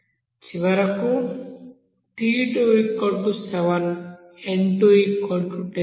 చివరకు t27 n210